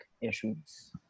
issues